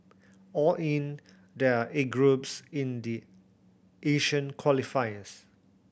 all in there are eight groups in the Asian qualifiers